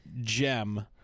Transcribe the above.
gem